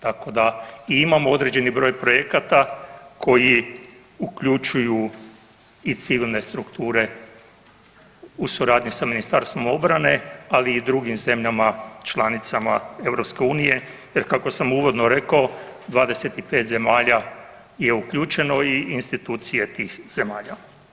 Tako da imamo i određeni broj projekata koji uključuju i civilne strukture u suradnji sa Ministarstvom obrane, ali i drugim zemljama članicama EU jer kako sam uvodno rekao 25 zemalja je uključeno i institucije tih zemalja.